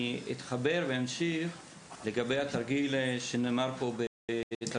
אני אתחבר ואמשיך לגבי התרגיל במרץ